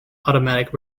automatic